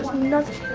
nothing.